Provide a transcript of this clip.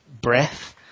breath